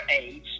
age